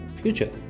future